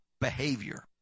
behavior